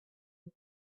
you